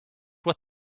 what